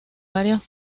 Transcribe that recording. varias